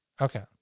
Okay